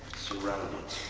surround it.